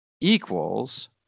equals